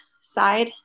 side